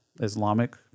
Islamic